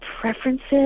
preferences